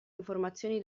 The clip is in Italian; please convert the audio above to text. informazioni